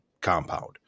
compound